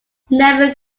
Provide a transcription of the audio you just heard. never